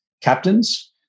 captains